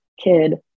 kid